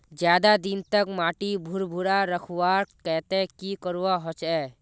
ज्यादा दिन तक माटी भुर्भुरा रखवार केते की करवा होचए?